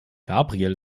gabriel